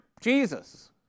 Jesus